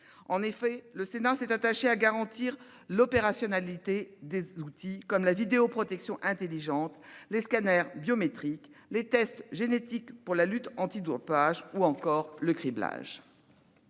Ainsi, le Sénat s'est attaché à garantir l'opérationnalité d'outils comme la vidéoprotection intelligente, les scanners biométriques, les tests génétiques pour la lutte antidopage ou encore le criblage.